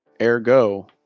ergo